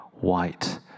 white